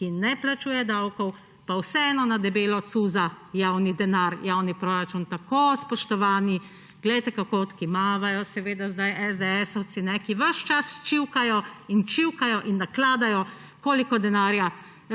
ki ne plačuje davkov, pa vseeno na debelo cuza javni denar, javni proračun. Tako, spoštovani, poglejte, kako odkimavajo zdaj esdeesovci, ki ves čas čivkajo in čivkajo in nakladajo, koliko denarja